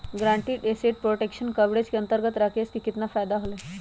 Guaranteed asset protection coverage के अंतर्गत राकेश के कितना फायदा होलय?